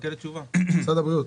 משרד הבריאות?